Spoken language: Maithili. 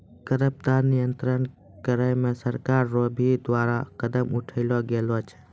खरपतवार नियंत्रण करे मे सरकार रो भी द्वारा कदम उठैलो गेलो छै